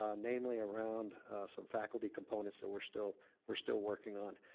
ah namely around some faculty components that we're still we're still working on.